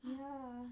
ya